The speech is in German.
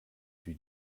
für